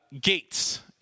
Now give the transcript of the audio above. Gates